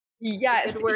Yes